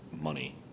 money